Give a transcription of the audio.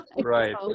right